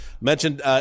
mentioned